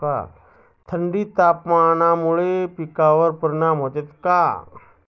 थंड तापमानामुळे पिकांवर परिणाम होतो का?